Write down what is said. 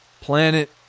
planet